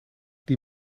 die